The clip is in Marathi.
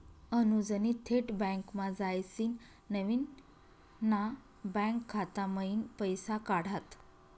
अनुजनी थेट बँकमा जायसीन नवीन ना बँक खाता मयीन पैसा काढात